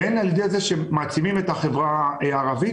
ועל ידי העצמה של החברה הערבית.